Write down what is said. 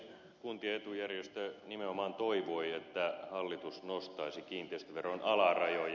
kuntien etujärjestö nimenomaan toivoi että hallitus nostaisi kiinteistöveron alarajoja